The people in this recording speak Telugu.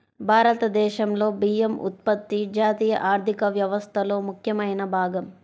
భారతదేశంలో బియ్యం ఉత్పత్తి జాతీయ ఆర్థిక వ్యవస్థలో ముఖ్యమైన భాగం